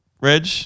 Reg